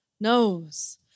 Knows